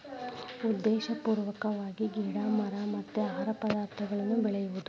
ಉದ್ದೇಶಪೂರ್ವಕವಾಗಿ ಗಿಡಾ ಮರಾ ಮತ್ತ ಆಹಾರ ಪದಾರ್ಥಗಳನ್ನ ಬೆಳಿಯುದು